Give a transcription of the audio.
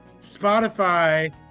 Spotify